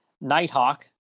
Nighthawk